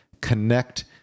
connect